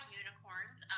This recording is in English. unicorns